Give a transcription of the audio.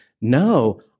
no